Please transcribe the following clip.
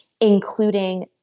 including